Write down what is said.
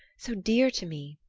so dear to me?